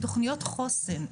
תוכניות חוסן,